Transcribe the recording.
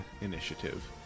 initiative